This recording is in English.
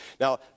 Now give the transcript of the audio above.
Now